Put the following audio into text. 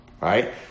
right